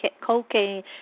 cocaine